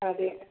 അതെ